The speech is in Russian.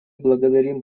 благодарим